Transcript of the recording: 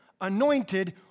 anointed